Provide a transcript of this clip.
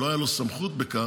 לא הייתה לו סמכות לכך,